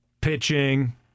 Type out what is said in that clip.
Pitching